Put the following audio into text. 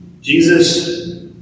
Jesus